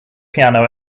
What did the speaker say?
piano